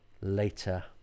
later